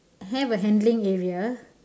have a handling area